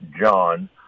John